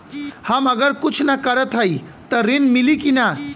हम अगर कुछ न करत हई त ऋण मिली कि ना?